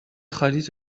خالیت